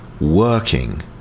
working